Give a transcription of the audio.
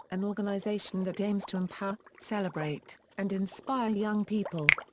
an organization that aims to empower, celebrate, and inspire young people.